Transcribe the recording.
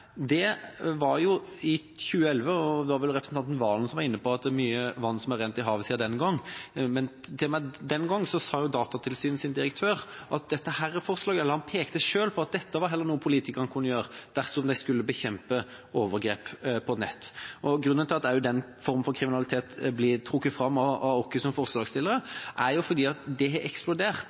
var oppe i 2011 – det var representanten Serigstad Valen som var inne på at det er mye vann som er rent i havet siden den gang – pekte direktøren i Datatilsynet til og med den gangen på at dette var heller noe politikerne kunne gjøre dersom de skulle bekjempe overgrep på nett. Grunnen til at denne formen for kriminalitet blir trukket fram av oss som er forslagsstillere, er at det har eksplodert.